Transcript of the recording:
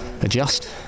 adjust